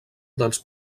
dels